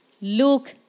Luke